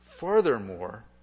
Furthermore